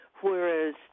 whereas